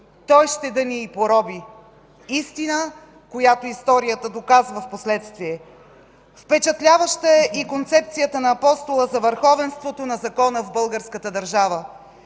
той ще да ни и пороби.” – истина, която историята доказва впоследствие. Впечатляваща е и концепцията на Апостола за върховенството на закона в българската държава: